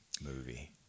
movie